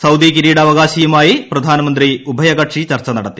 Saudi കിരീടാവകാശിയുമായി പ്രധാനമന്ത്രി ഉഭയകക്ഷി ചർച്ച നടത്തി